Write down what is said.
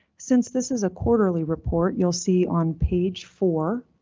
since this is a quarterly report you'll see on page four.